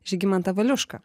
žygimantą valiušką